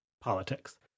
politics